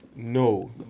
No